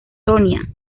sonia